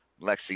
Lexi